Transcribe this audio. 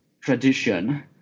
tradition